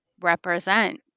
represent